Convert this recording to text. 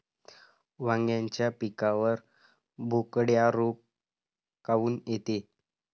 वांग्याच्या पिकावर बोकड्या रोग काऊन येतो?